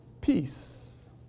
peace